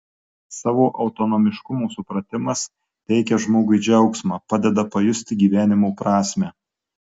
savo autonomiškumo supratimas teikia žmogui džiaugsmą padeda pajusti gyvenimo prasmę